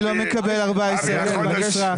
אני לא מקבל 14,000 ₪ בחודש.